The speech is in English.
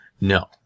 no